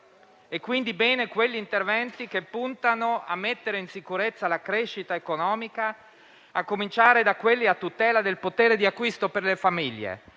quindi positivi quegli interventi che puntano a mettere in sicurezza la crescita economica, a cominciare da quelli a tutela del potere di acquisto per le famiglie,